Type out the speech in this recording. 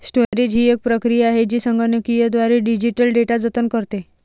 storage ही एक प्रक्रिया आहे जी संगणकीयद्वारे डिजिटल डेटा जतन करते